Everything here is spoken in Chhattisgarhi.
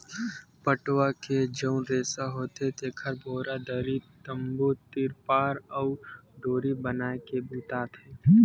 पटवा के जउन रेसा होथे तेखर बोरा, दरी, तम्बू, तिरपार अउ डोरी बनाए के बूता आथे